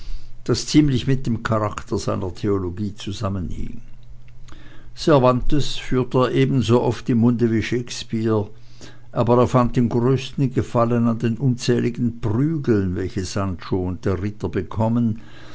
das ziemlich mit dem charakter seiner theologie zusammenhing cervantes führte er ebensooft im munde wie shakespeare aber er fand den größten gefallen an den unzähligen prügeln welche sancho und der ritter bekommen